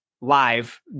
live